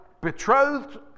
betrothed